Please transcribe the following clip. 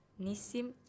Nissim